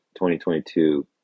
2022